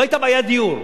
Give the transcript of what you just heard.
לא היתה בעיית דיור.